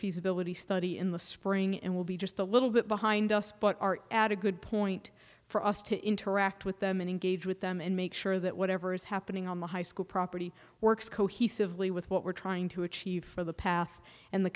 feasibility study in the spring and we'll be just a little bit behind us but are at a good point for us to interact with them and engage with them and make sure that whatever is happening on the high school property works cohesively with what we're trying to achieve for the path and the